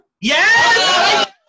Yes